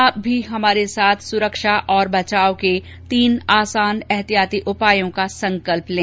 आप भी हमारे साथ सुरक्षा और बचाव के तीन आसान एहतियाती उपायों का संकल्प लें